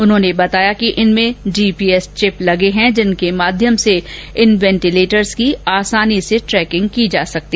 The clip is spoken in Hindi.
उन्होंने बताया कि इनमें जीपीएस चिप लगे हैं जिनके माध्यम से इन वेंटीलेटर्स की आसानी से ट्रेकिंग हो सकेगी